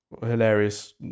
hilarious